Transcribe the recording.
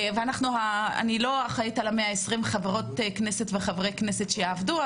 אני לא אחראית על כל 120 חברות וחברי כנסת שיעבדו,